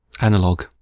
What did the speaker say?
Analog